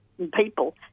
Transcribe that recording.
people